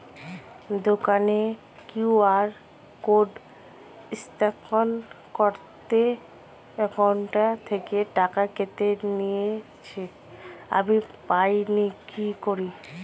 দোকানের QR code scan করাতে account থেকে টাকা কেটে নিয়েছে, আমি পাইনি কি করি?